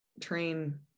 train